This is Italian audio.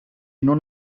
non